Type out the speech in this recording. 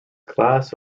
class